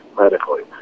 medically